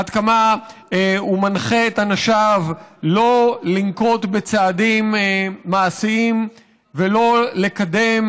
עד כמה הוא מנחה את אנשיו שלא לנקוט צעדים מעשיים ולא לקדם,